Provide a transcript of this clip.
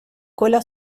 cola